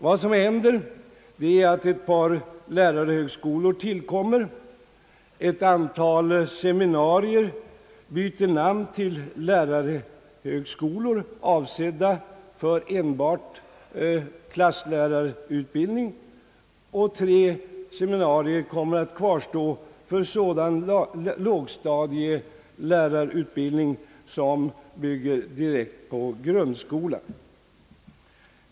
Vad som händer är att ett par lärarhögskolor tillkommer, ett antal seminarier byter namn till lärarhögskolor, avsedda för enbart klasslärarutbildning. Tre seminarier kommer att kvarstå för sådan lågstadielärarutbildning som bygger direkt på grundskolan.